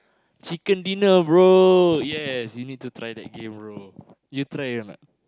chicken dinner bro yes you need to try that game bro you try or not